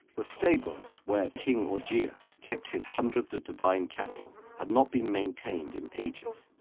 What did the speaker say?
the stables where king augeas kept his hundreds of divine cattle had not been maintained in ages.